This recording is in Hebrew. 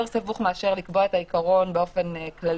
סבוך מאשר לקבוע את העיקרון באופן כללי,